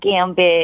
Gambit